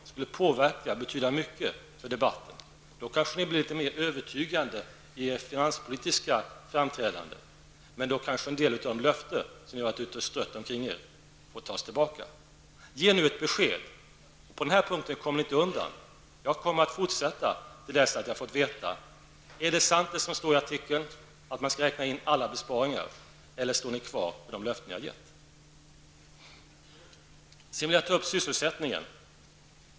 Det skulle påverka och betyda mycket för debatten. Då kanske ni blir litet mer övertygande i ert finanspolitiska framträdande. Men då kanske en del av de löften som ni har strött omkring er får tas tillbaka. Ge nu ett besked! På den här punkten kommer ni inte undan. Jag kommer att fortsätta tills jag får veta följande: Är det som står i artikeln sant, nämligen att man skall räkna in alla besparingar, eller står ni kvar vid de löften som ni har gett? Sedan vill jag ta upp sysselsättningen.